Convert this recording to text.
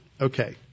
Okay